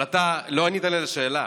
אבל אתה לא ענית לי על השאלה: